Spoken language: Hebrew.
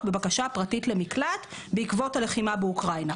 בבקשה פרטית למקלט בעקבות הלחימה באוקראינה.